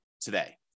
today